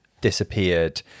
disappeared